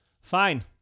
fine